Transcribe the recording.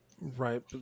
Right